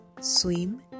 Swim